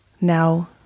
now